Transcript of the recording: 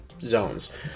zones